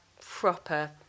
proper